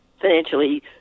financially